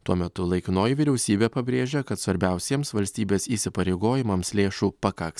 tuo metu laikinoji vyriausybė pabrėžia kad svarbiausiems valstybės įsipareigojimams lėšų pakaks